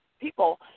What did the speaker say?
people